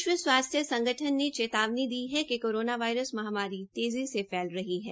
विश्व स्वास्थय संगठन ने चेतावनी दी है कि कोरोना वायरस महामारी तेज़ी से फैल रही है